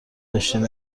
داشتیم